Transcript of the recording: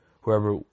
whoever